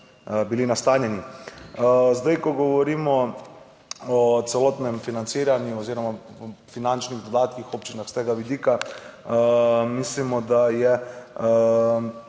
bili nastanjeni. Zdaj, ko govorimo o celotnem financiranju oziroma o finančnih dodatkih občinah s tega vidika, mislimo, da je